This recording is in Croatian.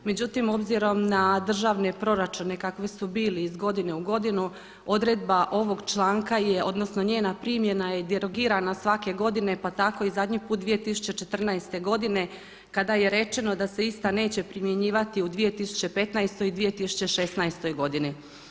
Međutim, obzirom na državni proračune kakvi su bili iz godine u godinu, odredba ovog članka je odnosno njena primjena je derogirana svake godine pa tako i zadnji put 2014. godine kada je rečeno da se ista neće primjenjivati u 2015. i 2016. godini.